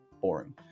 boring